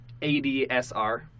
ADSR